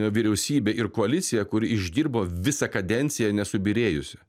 vyriausybė ir koalicija kuri išdirbo visą kadenciją nesubyrėjusi